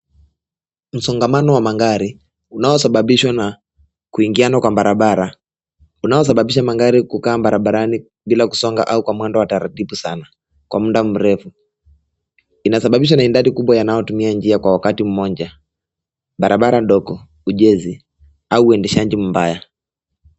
Msongamano wa magari unaosababishwa na kuingano kwa barabara unaosababisha magari kukaa barabarani bila kusonga au kwa mwendo wa utaratibu sana kwa mda mrefu, inasababishwa na idadi kubwa inayotumia njiakwa wakati mmoja barabara ndogo ujenzi au uendeshaji mbaya.